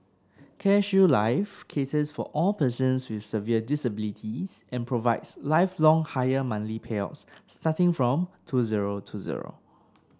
CareShield Life caters for all persons with severe disabilities and provides lifelong higher monthly payouts starting from two zero two zero